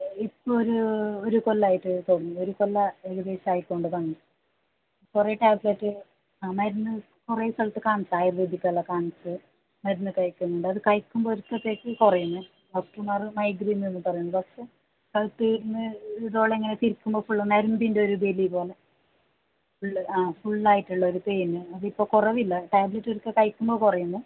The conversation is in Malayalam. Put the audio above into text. ഇപ്പോൾ ഒരു ഒരു കൊല്ലമായിട്ട് ഇപ്പം ഒരു കൊല്ലം ഏകദേശായിട്ടുള്ളതാണ് കുറേ ടാബ്ലറ്റ് ആ മരുന്ന് കുറേ സ്ഥലത്ത് കാണിച്ചു ആയുർവേദിക്കെല്ലാം കാണിച്ചു മരുന്ന് കഴിക്കുന്നുണ്ട് അത് കഴിക്കുമ്പോൾ ഒരു ദിവസത്തേക്ക് കുറയുന്നു ഡോക്ടർമാർ മൈഗ്രേൻ എന്ന് പറയുന്നു ഡോക്ടർ അത് തീരുന്നു ഇത് പോലെ ഇങ്ങനെ തിരിക്കുമ്പോൾ ഫുള്ള് നരമ്പിൻ്റെ ഒരു വലി പോലെ ഫുള്ള് ആ ഫുള്ളായിട്ടുള്ളൊരു പെയിന് അതിപ്പോൾ കുറവില്ല ടാബ്ലറ്റ് എടുക്കും കഴിക്കുമ്പോൾ കുറയുന്നു